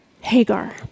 Hagar